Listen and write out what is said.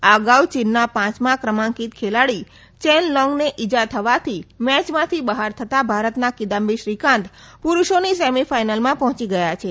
આ અગાઉ ચીનના પાંચમાં ક્રમાંકિત ખેલાડી ચેન લૌંગને ઇજા થવાથી મેચમાંથી બહાર થતાં ભારતના કિદામ્બી શ્રીકાંત પુરૂષોની સેમીફાઇનલમાં પહોંચી ગયો છે